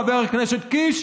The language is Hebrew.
חבר הכנסת קיש,